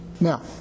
Now